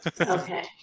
Okay